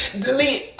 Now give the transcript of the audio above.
delete